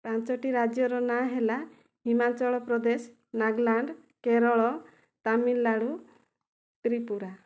ପାଞ୍ଚୋଟି ରାଜ୍ୟ ର ନା ହେଲା ହିମାଞ୍ଚଳ ପ୍ରଦେଶ ନାଗାଲାଣ୍ଡ କେରଳ ତାମିଲନାଡ଼ୁ ତ୍ରିପୁରା